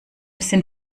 sind